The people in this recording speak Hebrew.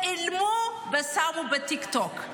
צילמו ושמו בטיקטוק.